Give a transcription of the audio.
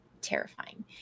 terrifying